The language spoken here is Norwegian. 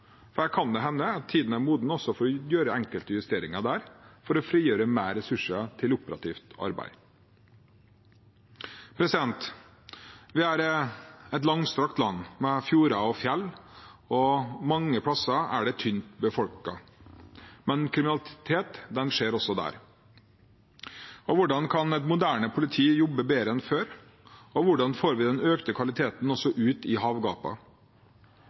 kan hende at tiden er moden for å gjøre enkelte justeringer der for å frigjøre mer ressurser til operativt arbeid. Vi er et langstrakt land, med fjorder og fjell. Mange plasser er det tynt befolket. Men kriminalitet skjer også der. Hvordan kan et moderne politi jobbe bedre enn før, og hvordan får vi den økte kvaliteten også ut i